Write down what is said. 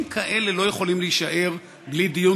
דברים כאלה לא יכולים להישאר בלי דיון